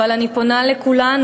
אבל אני פונה לכולנו,